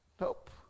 Nope